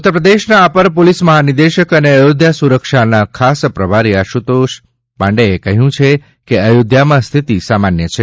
ઉત્તર પ્રદેશના અપર પોલીસ મહાનિદેશક અને અયોધ્યા સુરક્ષાના ખાસ પ્રભારી શ્રી આશુતોષ પાંડેએ કહ્યું છે કે અથોધ્યામાં સ્થિતિ સામાન્ય છે